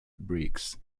bricks